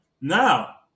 Now